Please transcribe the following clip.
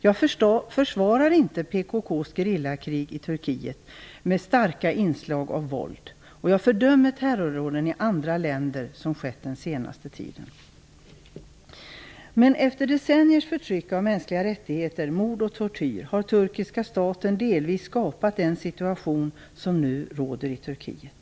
Jag försvarar inte PKK:s gerillakrig i Turkiet med starka inslag av våld. Jag fördömer terrordåden i andra länder som skett den senaste tiden. Efter decenniers förtryck av mänskliga rättigheter, mord och tortyr har turkiska staten delvis skapat den situation som nu råder i Turkiet.